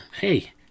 hey